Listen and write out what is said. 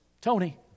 Tony